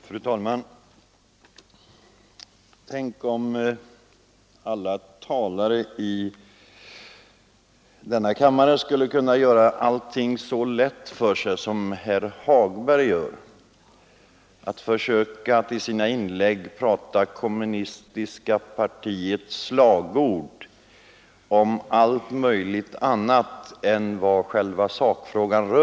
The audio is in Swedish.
Fru talman! Tänk om alla talare i denna kammare kunde göra allting lika lätt för sig som herr Hagberg, som i sina inlägg begagnar det kommunistiska partiets slagord om allt möjligt utom beträffande vad själva saken gäller.